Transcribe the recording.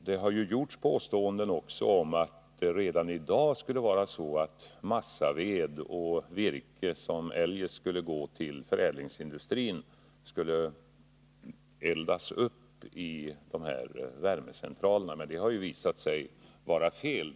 Det har påståtts att massaved och virke, som eljest går till förädlingsindustrin, redan i dag eldas upp i dessa värmecentraler. Det har emellertid visat sig vara fel.